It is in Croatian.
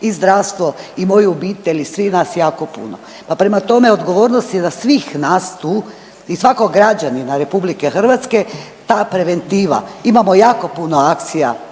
i zdravstvo i moju obitelj i svih nas jako puno, pa prema tome, odgovornost je na svih nas tu i svakog građanina RH ta preventiva, imamo jako puno akcija